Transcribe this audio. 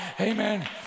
Amen